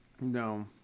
No